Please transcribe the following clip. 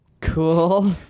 Cool